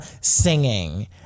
singing